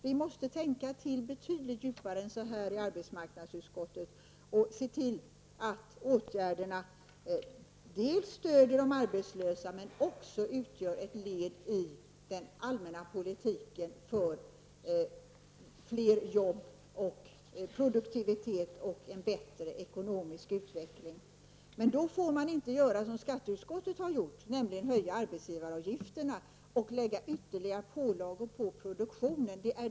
Vi måste tänka till betydligt djupare än så här i arbetsmarknadsutskottet och se till att åtgärderna dels stöder de arbetslösa, dels utgör ett led i den allmänna politiken för fler jobb, produktivitet och en bättre ekonomisk utveckling. Men då får man inte göra som skatteutskottet har gjort, nämligen föreslå höjningar av arbetsgivaravgifterna och lägga ytterligare pålagor på produktionen.